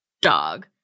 dog